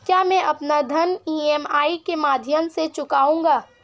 क्या मैं अपना ऋण ई.एम.आई के माध्यम से चुकाऊंगा?